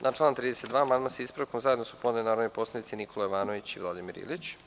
Na član 32. amandman sa ispravkom zajedno su podneli narodni poslanici Nikola Jovanović i Vladimir Ilić.